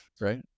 right